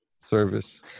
service